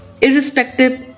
irrespective